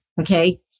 Okay